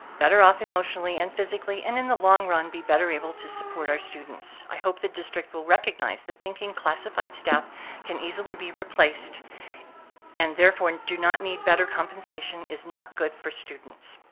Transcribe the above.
better off emotionally and physically, and in the long run be better able to support our students. i hope the district will recognize that thinking classified staff can easily be replaced and therefore do not need better compensation is not good for students.